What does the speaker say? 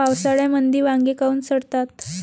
पावसाळ्यामंदी वांगे काऊन सडतात?